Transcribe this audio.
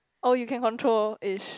oh you can control ish